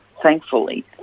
Thankfully